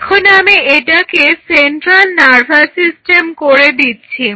এখন আমি এটাকে সেন্ট্রাল নার্ভাস সিস্টেম করে দিচ্ছি